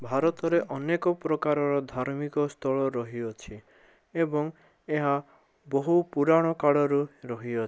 ଭାରତରେ ଅନେକ ପ୍ରକାରର ଧାର୍ମିକ ସ୍ଥଳ ରହିଅଛି ଏବଂ ଏହା ବହୁ ପୁରାଣକାଳରୁ ରହିଅଛି